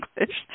English